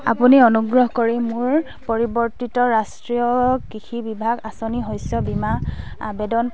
আপুনি অনুগ্ৰহ কৰি মোৰ পৰিৱৰ্তিত ৰাষ্ট্ৰীয় কৃষি বিভাগ আঁচনি শস্য বীমা আবেদন